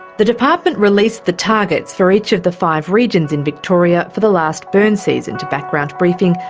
the department released the targets for each of the five regions in victoria for the last burn season to background briefing,